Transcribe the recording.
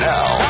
Now